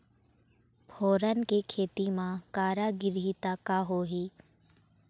फोरन के खेती म करा गिरही त का होही?